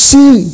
See